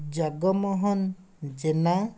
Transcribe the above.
Jagmohan Jena